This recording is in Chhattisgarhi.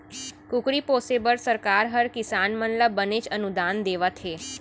कुकरी पोसे बर सरकार हर किसान मन ल बनेच अनुदान देवत हे